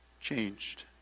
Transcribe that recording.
changed